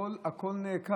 הכול הכול נעקר.